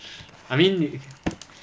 I mean